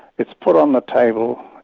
it's put on the table,